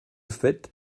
fait